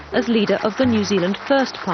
as leader of the new zealand first party.